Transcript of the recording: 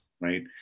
Right